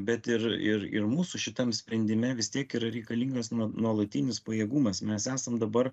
bet ir ir ir mūsų šitam sprendime vis tiek yra reikalingas nuolatinis pajėgumas mes esam dabar